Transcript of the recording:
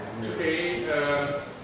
today